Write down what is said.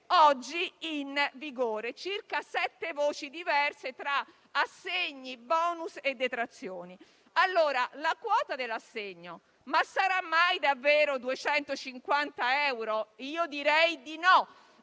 oggi in vigore, circa sette voci diverse tra assegni, *bonus* e detrazioni. La quota dell'assegno sarà mai davvero 250 euro? Direi di no.